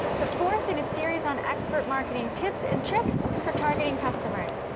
the fourth in a series on expert marketing tips and tricks for targeting customers.